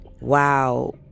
wow